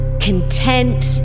content